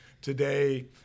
today